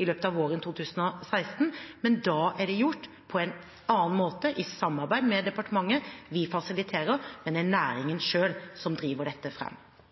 i løpet av våren 2016, men da er det gjort på en annen måte, i samarbeid med departementet. Vi fasiliterer, men det er næringen selv som driver dette